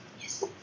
Yes